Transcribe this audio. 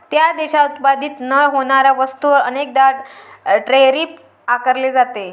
त्या देशात उत्पादित न होणाऱ्या वस्तूंवर अनेकदा टैरिफ आकारले जाते